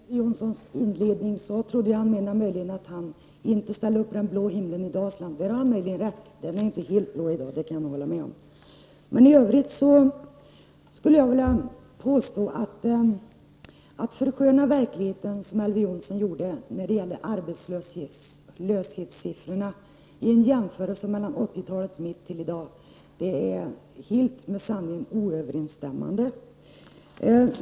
Herr talman! När jag lyssnade på Elver Jonssons inledning trodde jag att han menade att han inte ställde upp på den blå himlen i Dalsland. Han har möjligen rätt — himlen är inte helt blå i dag. I övrigt skulle jag vilja påstå, att när Elver Jonsson förskönar verkligheten när det gäller arbetslöshetssiffrorna i en jämförelse mellan 80-talets mitt och i dag, är det inte alls med sanningen överensstämmande.